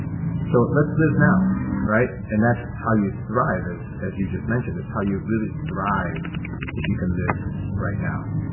so let's live now. all right. and that's how you thrive is, as you just mentioned, this, how you really thrive if you can live right now.